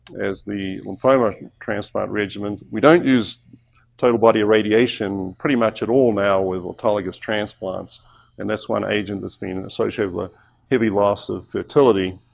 as the lymphoma transplant regimens. we don't use total body radiation pretty much at all now with autologous transplants and that's one agent that's been associated with a heavy loss of fertility.